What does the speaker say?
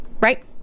right